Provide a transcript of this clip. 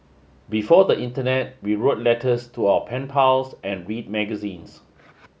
before the internet we wrote letters to our pen pals and read magazines